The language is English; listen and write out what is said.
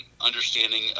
understanding